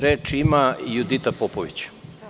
Reč ima Judita Popović.